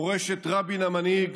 מורשת רבין המנהיג